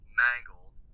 mangled